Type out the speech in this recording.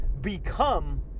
become